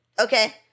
Okay